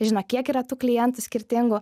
žino kiek yra tų klientų skirtingų